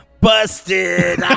Busted